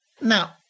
Now